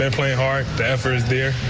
and play hard the effort there.